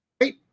right